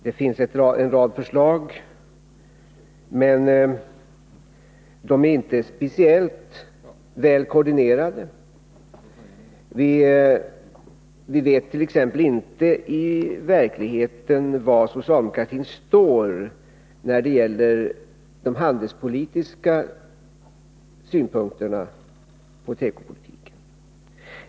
Det finns en rad förslag, men de är inte speciellt väl koordinerade. Vi vet t.ex. inte vilka handelspolitiska synpunkter som socialdemokratin har på tekopolitiken.